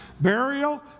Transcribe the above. Burial